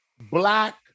black